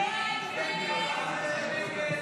הסתייגות 2037 לא נתקבלה.